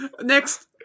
Next